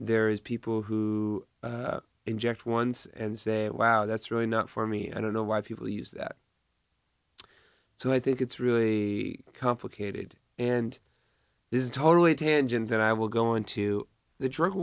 there is people who inject once and say wow that's really not for me i don't know why people use that so i think it's really complicated and this is totally a tangent and i will go into the drug